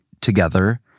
together